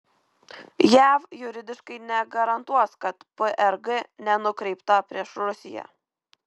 jav juridiškai negarantuos kad prg nenukreipta prieš rusiją